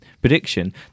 prediction